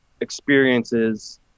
experiences